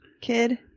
kid